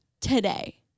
today